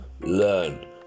Learn